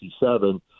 1967